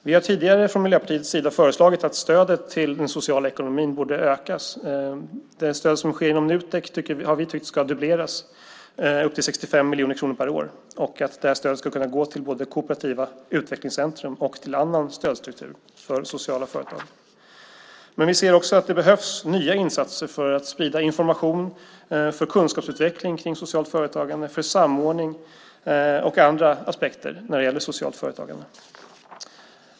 Vi har tidigare från Miljöpartiets sida föreslagit att stödet till den sociala ekonomin ska ökas. Det stöd som sker genom Nutek har vi tyckt ska dubbleras, upp till 65 miljoner kronor per år, och det här stödet ska kunna gå både till kooperativa utvecklingscentrum och till annan stödstruktur för sociala företag. Men vi ser också att det behövs nya insatser för att sprida information, för kunskapsutveckling kring socialt företagande, för samordning och andra aspekter när det gäller socialt företagande.